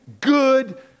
good